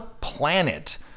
Planet